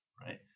right